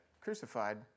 crucified